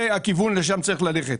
זה הכיוון ולשם צריך ללכת.